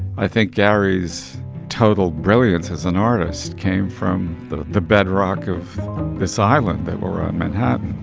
i think gary's total brilliance as an artist came from the the bedrock of this island that will run manhattan